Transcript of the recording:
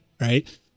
right